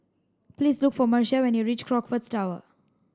please look for Marcia when you reach Crockfords Tower